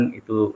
itu